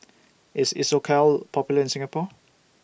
IS Isocal Popular in Singapore